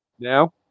Now